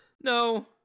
no